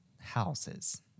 houses